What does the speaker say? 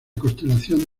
constelación